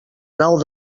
nou